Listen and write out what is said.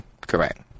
correct